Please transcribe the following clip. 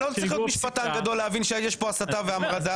לא צריך להיות משפטן גדול להבין שיש כאן הסבה והמרדה.